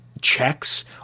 checks